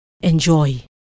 enjoy